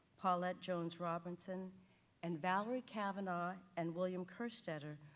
paulette jones robinson and valerie cavanagh and william kerstetter,